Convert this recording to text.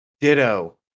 Ditto